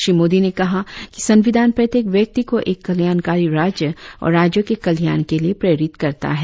श्री मोदी ने कहा कि संविधान प्रत्येक व्यक्ति को एक कल्याणकारी राज्य और राज्यों के कल्याण के लिए प्रेरित करता है